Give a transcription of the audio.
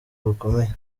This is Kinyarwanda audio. rukomeye